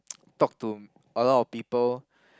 talk to a lot of people